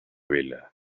vela